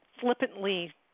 flippantly